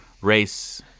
race